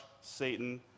Satan